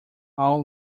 all